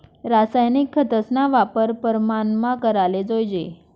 रासायनिक खतस्ना वापर परमानमा कराले जोयजे